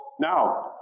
Now